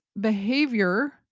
behavior